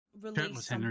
release